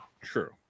True